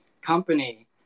company